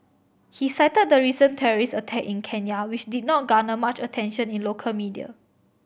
he cited the recent terrorist attack in Kenya which did not garner much attention in local media